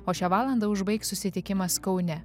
o šią valandą užbaigs susitikimas kaune